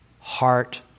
heart